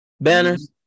banners